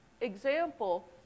example